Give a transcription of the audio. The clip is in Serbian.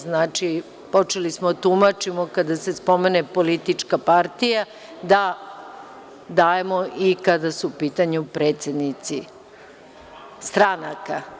Znači, počeli smo da tumačimo kada se spomene politička partija da dajemo i kada su u pitanju predsednici stranaka.